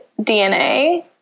DNA